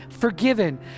forgiven